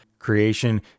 creation